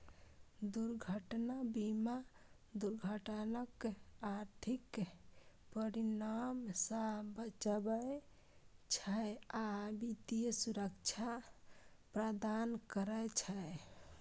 दुर्घटना बीमा दुर्घटनाक आर्थिक परिणाम सं बचबै छै आ वित्तीय सुरक्षा प्रदान करै छै